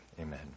Amen